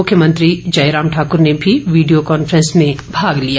मुख्यमंत्री जयराम ठाकुर ने भी वीडियो कांफेंस में भाग लिया